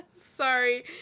Sorry